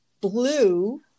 blue